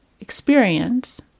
experience